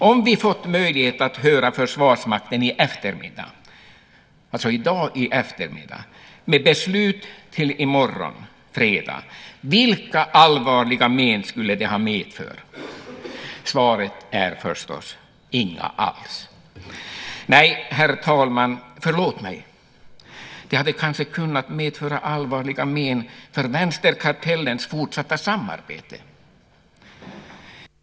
Om vi fått möjlighet att höra Försvarsmakten på eftermiddagen i dag med beslut i morgon fredag, vilka allvarliga men skulle det ha medfört? Svaret är förstås: inga alls. Nej, herr talman, förlåt mig, det hade kanske kunnat medföra allvarliga men för vänsterkartellens fortsatta samarbete.